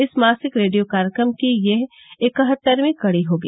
इस मासिक रेडियो कार्यक्रम की यह इकहत्तरवीं कड़ी होगी